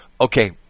Okay